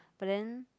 but then